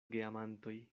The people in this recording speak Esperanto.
geamantoj